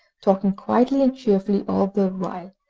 talking quietly and cheerfully all the while,